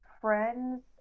friends